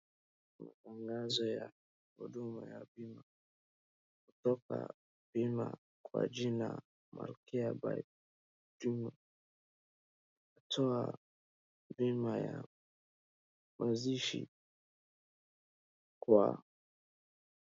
Matangazo ya huduma ya bima kutoka bia kwa jina Malkia by Juma . Wanatoa bima ya mazishi kwa.